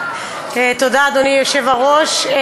אדוני היושב-ראש,